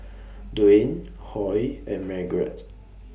Dwan Huy and Margrett